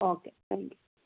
okay thank you